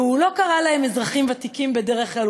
והוא לא קרא להם אזרחים ותיקים בדרך כלל,